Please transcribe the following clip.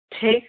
Take